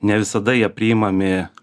ne visada jie priimami